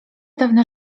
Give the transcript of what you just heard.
dawna